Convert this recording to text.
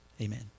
amen